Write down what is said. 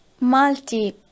multi